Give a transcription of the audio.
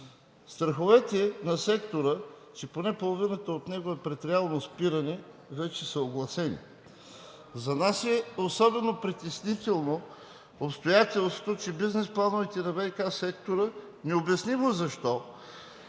Страховете на сектора, че поне половината от него е пред реално спиране, вече са огласени. За нас е особено притеснително обстоятелството, че бизнес плановете на ВиК сектора необяснимо защо